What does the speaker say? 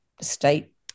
state